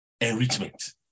enrichment